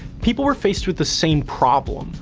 people were faced with the same problem.